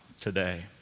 today